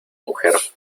mujer